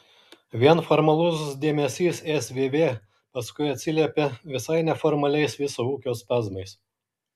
vien formalus dėmesys svv paskui atsiliepia visai neformaliais viso ūkio spazmais